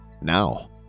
now